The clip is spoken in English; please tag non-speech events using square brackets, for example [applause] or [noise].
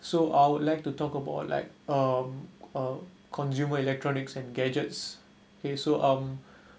so I would like to talk about like um uh consumer electronics and gadgets kay so um [breath]